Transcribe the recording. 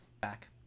Back